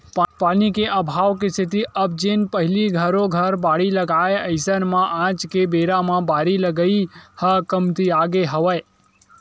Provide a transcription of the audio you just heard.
पानी के अभाव के सेती अब जेन पहिली घरो घर बाड़ी लगाय अइसन म आज के बेरा म बारी लगई ह कमतियागे हवय